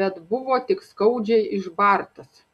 bet buvo tik skaudžiai išbartas